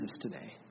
today